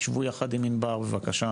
תשבו יחד עם ענבר בבקשה,